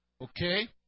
okay